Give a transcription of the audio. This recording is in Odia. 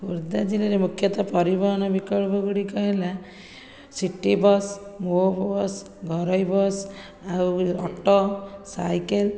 ଖୋର୍ଦ୍ଧା ଜିଲ୍ଲାରେ ମୁଖ୍ୟତଃ ପରିବହନ ବିକଳ୍ପଗୁଡିକ ହେଲା ସିଟି ବସ୍ ମୋ ବସ୍ ଘରୋଇ ବସ୍ ଆଉ ଅଟୋ ସାଇକେଲ